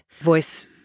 voice